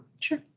Sure